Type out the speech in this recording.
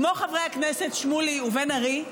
כמו חברי הכנסת שמולי ובן ארי,